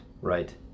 right